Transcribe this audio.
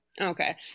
Okay